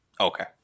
Okay